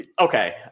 Okay